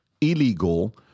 illegal